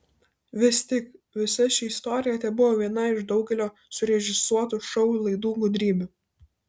vis tik visa ši istorija tebuvo viena iš daugelio surežisuotų šou laidų gudrybių